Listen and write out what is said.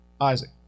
Isaac